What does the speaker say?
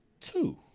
two